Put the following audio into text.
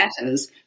matters